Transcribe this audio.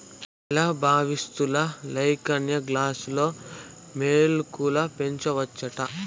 నేల బవిసత్తుల లేకన్నా గాల్లో మొక్కలు పెంచవచ్చంట